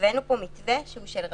הבאנו לפה מתווה שהוא של רמזור.